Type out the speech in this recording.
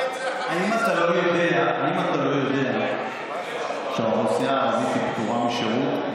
האם אתה לא יודע שהאוכלוסייה הערבית פטורה משירות,